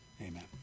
amen